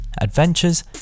adventures